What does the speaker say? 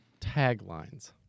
taglines